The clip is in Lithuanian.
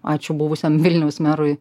ačiū buvusiam vilniaus merui